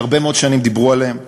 שהרבה מאוד שנים דיברו עליהם,